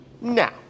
Now